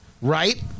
Right